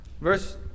Verse